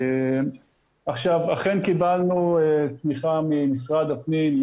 אכן קיבלנו תמיכה ממשרד הפנים,